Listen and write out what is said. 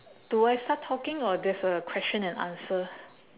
do I start talking or there's a question and answer